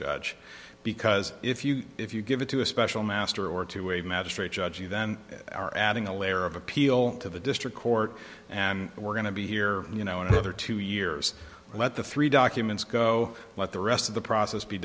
judge because if you if you give it to a special master or to a magistrate judge you then are adding a layer of appeal to the district court and we're going to be here you know another two years let the three documents go let the rest of the process be